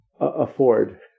afford